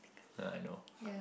ya I know